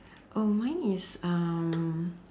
oh mine is um